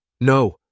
No